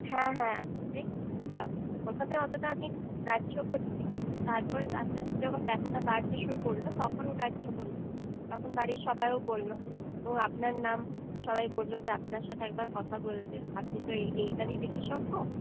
হ্যাঁ হ্যাঁ আমি নিজেই বুঝেছিলাম প্রথমে অতটা আমি গ্রাহ্য করিনি তারপরে আস্তে আস্তে যখন ব্যথাটা বাড়তে শুরু করলো তখন গ্রাহ্য করলাম তখন বাড়ির সবাইও বললো ও আপনার নাম সবাই বললো যে আপনার সাথে একবার কথা বলতে আপনি তো এই এইটারই বিশেষজ্ঞ